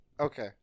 Okay